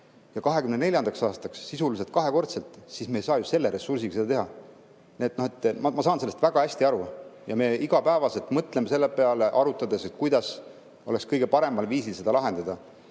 ja 2024. aastaks sisuliselt arvu kahekordistada, siis me ei saa selle ressursiga seda teha. Ma saan sellest väga hästi aru ja me iga päev mõtleme selle peale, arutades, kuidas oleks kõige parem seda lahendada.